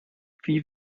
wie